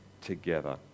together